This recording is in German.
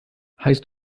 heißt